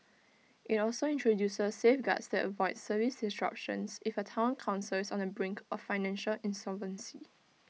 IT also introduces safeguards that avoid service disruptions if A Town Council is on the brink of financial insolvency